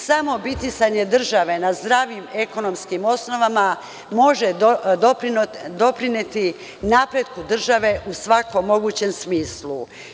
Samo bitisanje države na zdravim ekonomskim osnovama može doprineti napretku države u svakom mogućem smislu.